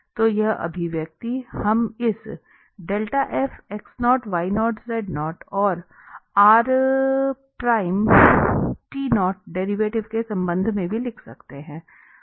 तो यह अभिव्यक्ति हम इस और डेरिवेटिव के संदर्भ में भी लिख सकते हैं